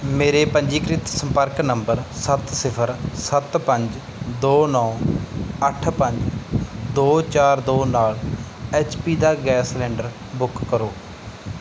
ਮੇਰੇ ਪੰਜੀਕ੍ਰਿਤ ਸੰਪਰਕ ਨੰਬਰ ਸੱਤ ਸਿਫ਼ਰ ਸੱਤ ਪੰਜ ਦੋ ਨੌਂ ਅੱਠ ਪੰਜ ਦੋ ਚਾਰ ਦੋ ਨਾਲ ਐੱਚ ਪੀ ਦਾ ਗੈਸ ਸਿਲੈਂਡਰ ਬੁੱਕ ਕਰੋ